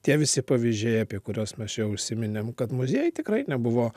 tie visi pavyzdžiai apie kuriuos mes čia užsiminėm kad muziejai tikrai nebuvo